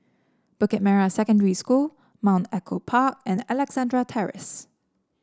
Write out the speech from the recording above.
Bukit Merah Secondary School Mount Echo Park and Alexandra Terrace